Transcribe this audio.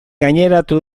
gaineratu